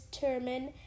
determine